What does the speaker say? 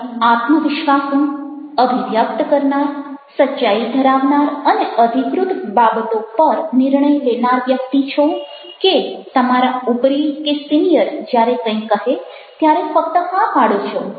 તમે આત્મવિશ્વાસુ અભિવ્યક્ત કરનાર સચ્ચાઈ ધરાવનાર અને અધિકૃત બાબતો પર નિર્ણય લેનાર વ્યક્તિ છો કે તમારા ઉપરી કે સિનિયર જ્યારે કંઈ કહે ત્યારે ફક્ત હા પાડો છો